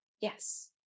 Yes